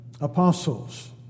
apostles